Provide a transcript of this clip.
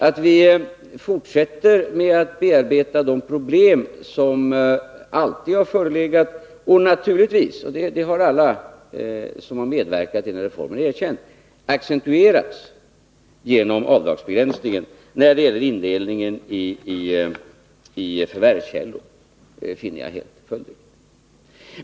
Att vi fortsätter med att bearbeta de problem som alltid har förelegat och naturligtvis — det har alla som medverkat till reformen erkänt — accentuerats genom avdragsbegränsningen när det gäller indelningen i förvärvskällor finner jag helt följdriktigt.